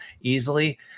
easily